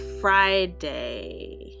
Friday